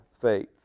faith